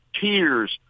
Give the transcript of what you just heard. tears